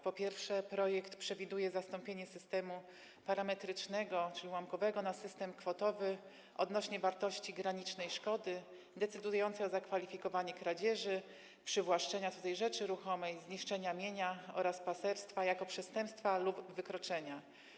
Po pierwsze, projekt przewiduje zastąpienie systemu parametrycznego, czyli ułamkowego, systemem kwotowym odnośnie do wartości granicznej szkody decydującej o zakwalifikowaniu kradzieży, przywłaszczenia cudzej rzeczy ruchomej, zniszczenia mienia oraz paserstwa jako przestępstwa lub wykroczenia.